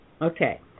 Okay